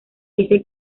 dice